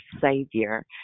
savior